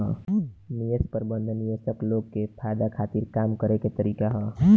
निवेश प्रबंधन निवेशक लोग के फायदा खातिर काम करे के तरीका ह